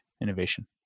innovation